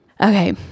Okay